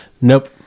nope